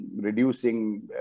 reducing